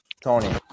Tony